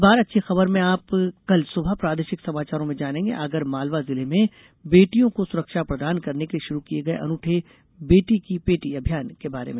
इस बार अच्छी खबर में आप कल सुबह प्रादेशिक समाचारों में जानेंगें आगरमालवा जिले में बेटियों को सुरक्षा प्रदान करने के लिये शुरू किये गये अनूठे बेटी की पेटी अभियान के बारे में